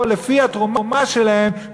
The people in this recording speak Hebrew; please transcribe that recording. לפי התרומה שלהם,